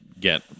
get